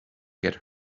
get